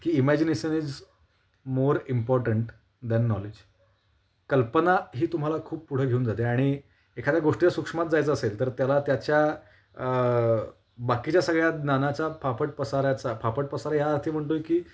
की imagination is more important than knowledge कल्पना ही तुम्हाला खूप पुढं घेऊन जाते आणि एखाद्या गोष्टीच्या सूक्ष्मात जायचं असेल तर त्याला त्याच्या बाकीच्या सगळ्या ज्ञानाचा फाफट पसऱ्याचा फाफट पसरा ह्या अर्थी म्हणतो आहे की